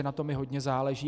Na tom mi hodně záleží.